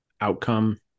outcome